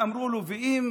אמרו לו: ואם